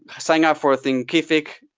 signing up for thinkific